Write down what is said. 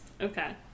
Okay